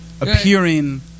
appearing